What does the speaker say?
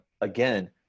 Again